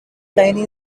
line